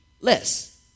less